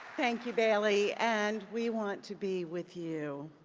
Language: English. thank you, bailey. and we want to be with you